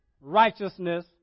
righteousness